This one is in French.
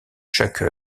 chaque